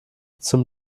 zum